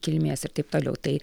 kilmės ir taip toliau tai